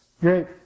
Great